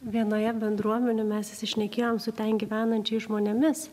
vienoje bendruomenių mes įsišnekėjom su ten gyvenančiais žmonėmis